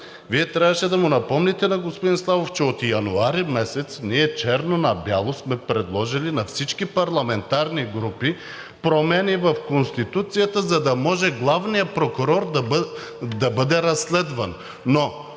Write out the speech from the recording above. Вие трябваше да му напомните на господин Славов, че от месец януари ние черно на бяло сме предложили на всички парламентарни групи промени в Конституцията, за да може главният прокурор да бъде разследван.